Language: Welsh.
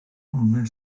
onglau